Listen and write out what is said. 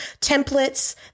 templates